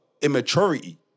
immaturity